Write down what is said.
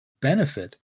benefit